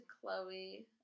Chloe